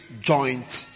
joint